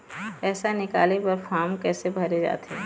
पैसा निकाले बर फार्म कैसे भरे जाथे?